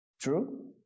True